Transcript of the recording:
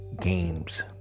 games